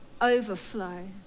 overflow